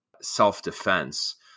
self-defense